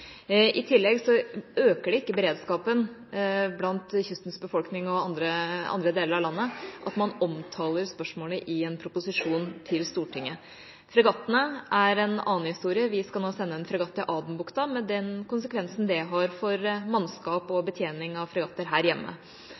I tillegg øker det ikke beredskapen for kystens befolkning eller for befolkninga i andre deler av landet at man omtaler spørsmålet i en proposisjon til Stortinget. Fregattene er en annen historie. Vi skal nå sende en fregatt til Adenbukta, med den konsekvensen det har for mannskap på og betjening av fregatter her hjemme.